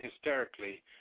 hysterically